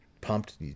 pumped